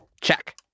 Check